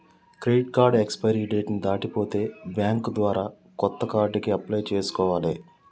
credit card expiry date ని దాటిపోతే bank ద్వారా కొత్త కార్డుకి అప్లై చేసుకోవాలే